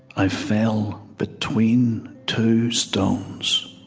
i fell between two stones